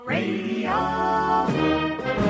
Radio